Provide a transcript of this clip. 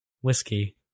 whiskey